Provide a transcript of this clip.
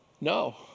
No